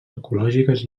ecològiques